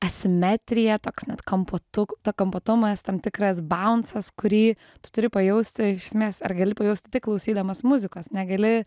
asimetrija toks net kampuotuk t kampuotumas tam tikras baunsas kurį tu turi pajausti iš esmės ar gali pajausti tik klausydamas muzikos negali